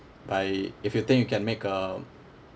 by if you think you can make a